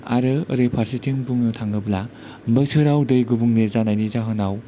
आरो ओरैफारसेथिं बुंनो थाङोब्ला बोसोराव दै गुबुंले जानायनि जाहोनाव